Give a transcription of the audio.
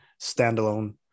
standalone